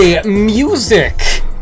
music